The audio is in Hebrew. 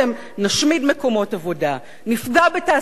נשמיד מקומות עבודה, נפגע בתעשיית כחול-לבן,